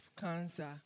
cancer